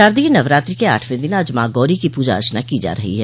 शारदीय नवरात्रि के आठवें दिन आज माँ गौरी की पूजा अर्चना की जा रही है